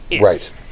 Right